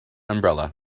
umbrella